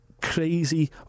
Crazy